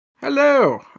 Hello